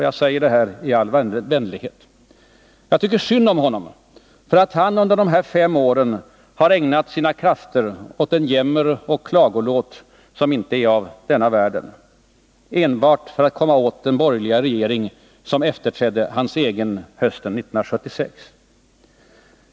Jag säger detta i all vänlighet. Jag tycker synd om honom för att han under de här fem åren har ägnat sina krafter åt en jämmeroch klagolåt som inte är av denna världen enbart för att komma åt den borgerliga regering som efterträdde hans egen hösten 1976.